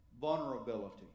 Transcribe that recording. Vulnerability